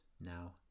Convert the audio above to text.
now